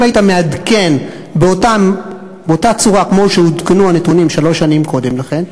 אם היית מעדכן באותה צורה כמו שעודכנו הנתונים שלוש שנים קודם לכן,